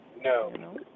No